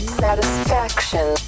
satisfaction